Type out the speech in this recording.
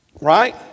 Right